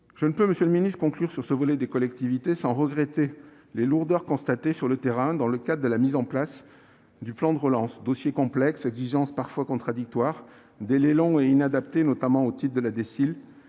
je ne peux conclure sur le volet des collectivités sans regretter les lourdeurs constatées sur le terrain dans le cadre de la mise en place du plan de relance : dossiers complexes, exigences parfois contradictoires, délais longs et inadaptés, notamment au titre de la dotation